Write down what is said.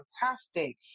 fantastic